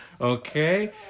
Okay